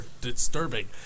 Disturbing